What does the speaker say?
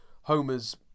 Homer's